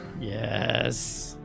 Yes